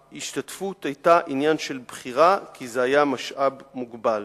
ההשתתפות היתה עניין של בחירה כי זה היה משאב מוגבל.